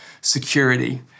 security